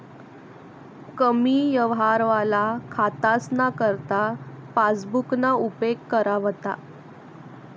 कमी यवहारवाला खातासना करता पासबुकना उपेग करा व्हता